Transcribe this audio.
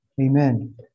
Amen